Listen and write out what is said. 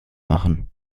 machen